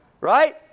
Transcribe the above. right